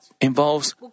involves